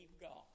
God